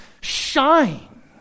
shine